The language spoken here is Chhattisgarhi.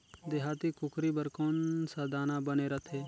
देहाती कुकरी बर कौन सा दाना बने रथे?